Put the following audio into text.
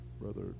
brother